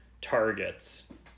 targets